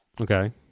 Okay